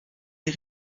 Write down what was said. des